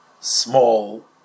small